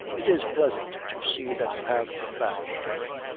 it is pleasant to see that you have come back, dering.